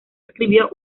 escribió